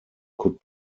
could